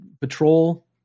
Patrol